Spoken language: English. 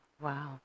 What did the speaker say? Wow